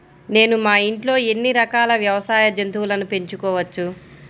నేను మా ఇంట్లో ఎన్ని రకాల వ్యవసాయ జంతువులను పెంచుకోవచ్చు?